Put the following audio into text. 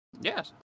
Yes